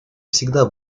всегда